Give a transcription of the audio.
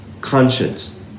conscience